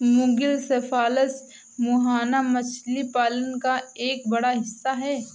मुगिल cephalus मुहाना मछली पालन का एक बड़ा हिस्सा है